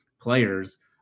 players